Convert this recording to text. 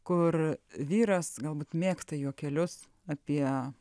kur vyras galbūt mėgsta juokelius apie